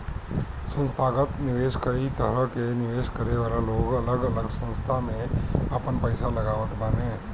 संथागत निवेशक कई तरह के निवेश करे वाला लोग अलग अलग संस्था में आपन पईसा लगावत बाने